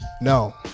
no